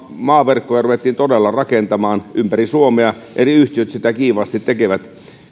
maaverkkoja ruvettiin todella rakentamaan ympäri suomea eri yhtiöt sitä kiivaasti tekevät